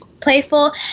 playful